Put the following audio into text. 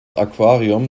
aquarium